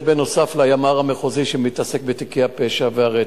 זה בנוסף לימ"ר המחוזי שמתעסק בתיקי הפשע והרצח.